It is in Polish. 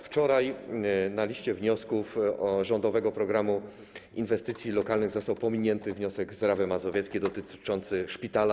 Wczoraj na liście wniosków rządowego programu inwestycji lokalnych został pominięty wniosek z Rawy Mazowieckiej dotyczący szpitala.